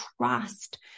trust